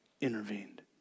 intervened